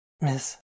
miss